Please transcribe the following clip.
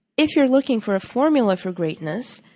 if you're looking for a formula for greatness,